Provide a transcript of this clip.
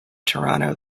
toronto